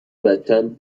بچم